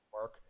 work